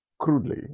crudely